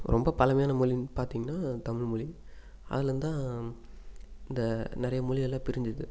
ரொம்ப பழமையான மொழின்னு பார்த்திங்கன்னா தமிழ்மொழி அதுலம்தான் இந்த நிறைய மொழிகளாக பிரிஞ்சிது